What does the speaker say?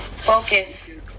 Focus